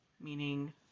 meaning